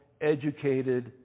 educated